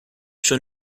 schon